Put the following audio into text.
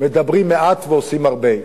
מדברים מעט ועושים הרבה,